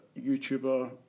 YouTuber